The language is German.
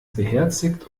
beherzigt